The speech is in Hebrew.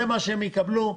זה מה שהם יקבלו.